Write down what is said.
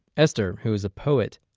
esther, who is a poet,